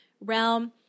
realm